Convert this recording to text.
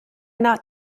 not